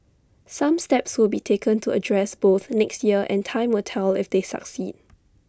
some steps will be taken to address both next year and time will tell if they succeed